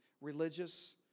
religious